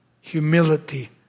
Humility